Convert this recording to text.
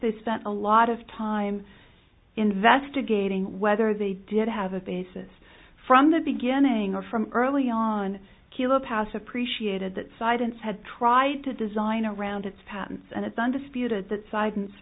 they spent a lot of time investigating whether they did have a basis from the beginning or from early on kill a pass appreciated that side and had tried to design around its patents and its undisputed that side